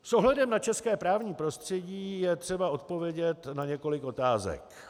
S ohledem na české právní prostředí je třeba odpovědět na několik otázek.